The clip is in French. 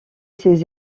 ces